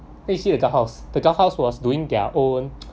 but he still in the house the guardhouse was doing their own